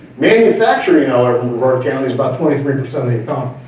manufacturing however in brevard county is about twenty three percent of the economy.